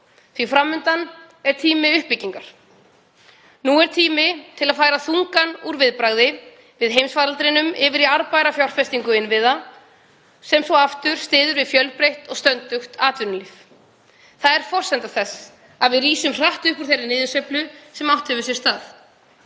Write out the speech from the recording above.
að fram undan er tími uppbyggingar. Nú er tími til að færa þungann úr viðbragði við heimsfaraldrinum yfir í arðbæra fjárfestingu innviða sem svo aftur styður við fjölbreytt og stöndugt atvinnulíf. Það er forsenda þess að við rísum hratt upp úr þeirri niðursveiflu sem átt hefur sér stað.